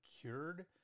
Cured